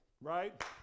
right